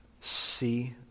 see